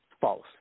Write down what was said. false